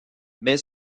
mais